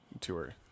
tour